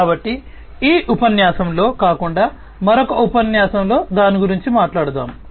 కాబట్టి ఈ ఉపన్యాసంలో కాకుండా మరొక ఉపన్యాసంలో దాని గురించి మాట్లాడుతాము